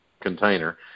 container